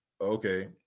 Okay